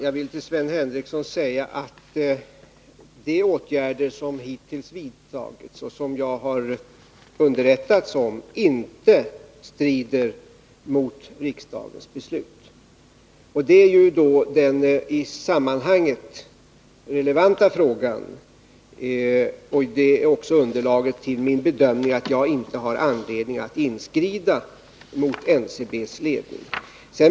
Herr talman! De åtgärder som hittills har vidtagits och som jag har underrättats om strider inte mot riksdagens beslut. Detta är den i sammanhanget relevanta frågan, och den utgör underlaget för min bedömning att jag inte har anledning att inskrida mot NCB:s ledning.